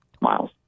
miles